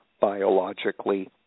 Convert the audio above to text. biologically